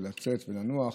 לצאת ולנוח,